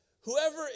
whoever